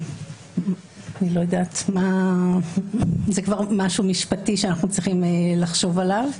זה כבר משהו משפטי שאנחנו צריכים לחשוב עליו.